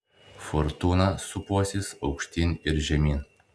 fortūna sūpuosis aukštyn ir žemyn